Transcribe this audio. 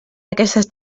aquestes